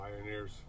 Pioneers